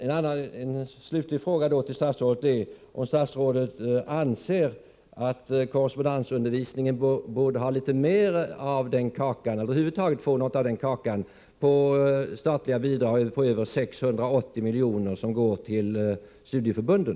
En slutlig fråga till statsrådet: Anser statsrådet att korrespondensundervisningen över huvud taget borde få något av den kaka som det statliga bidraget på över 680 milj.kr. utgör och som går till studieförbunden?